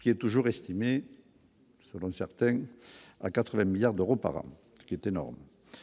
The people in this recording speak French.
qui est toujours estimée selon certains à 80 milliards d'euros par an qui était énorme